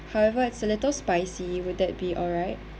however it's a little spicy will that be alright